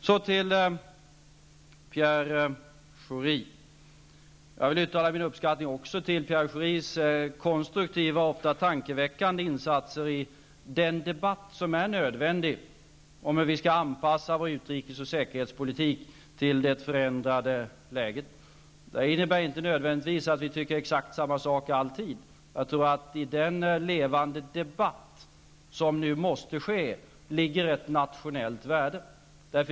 Så till Pierre Schori. Även jag vill uttala min uppskattning för Pierre Schoris konstruktiva och ofta tankeväckande insatser i den debatt som är nödvändig vad gäller hur vi skall anpassa vår utrikes och säkerhetspolitik till det förändrade läget. Detta innebär inte nödvändigtvis att vi alltid tycker exakt samma sak. I den levande debatt som nu måste föras ligger enligt min mening ett nationellt värde.